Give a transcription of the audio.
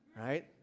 Right